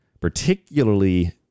particularly